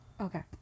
Okay